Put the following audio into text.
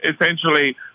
essentially